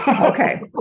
Okay